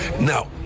now